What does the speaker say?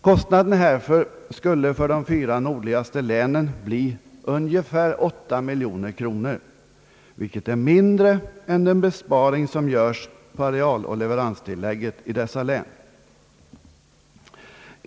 Kostnaden härför skulle för de fyra nordligaste länen bli ungefär 8 miljoner kronor, vilket är mindre än den besparing som görs på arealoch leveranstillägget i dessa län.